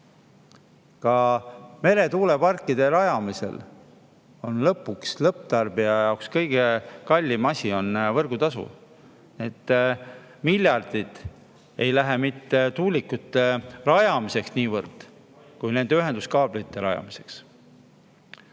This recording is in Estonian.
Ka meretuuleparkide rajamisel on lõpuks lõpptarbija jaoks kõige kallim asi võrgutasu. Miljardid eurod ei lähe mitte niivõrd tuulikute rajamiseks, kuivõrd nende ühenduskaablite rajamiseks.